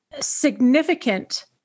significant